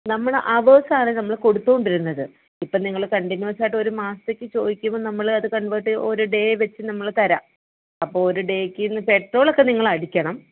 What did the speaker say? നമ്മൾ അവേർസ് ആണ് നമ്മൾ കൊടുത്തുകൊണ്ടിരുന്നത് ഇപ്പോൾ നിങ്ങൾ കണ്ടിന്യൂസ് ആയിട്ട് ഒരു മാസത്തേക്ക് ചോദിക്കുമ്പോൾ നമ്മൾ അത് കൺവേർട്ട് ഒരു ഡേ വച്ച് നമ്മൾ തരാം അപ്പോൾ ഒരു ഡേക്ക് പെട്രോളൊക്കെ നിങ്ങൾ അടിക്കണം